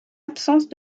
absence